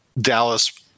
Dallas